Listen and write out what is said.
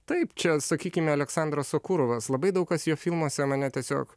taip čia sakykime aleksandras sokurovas labai daug kas jo filmuose mane tiesiog